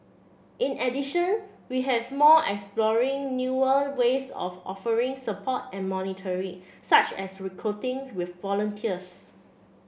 in addition we have more exploring newer ways of offering support and monitoring such as recruiting with volunteers